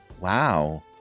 wow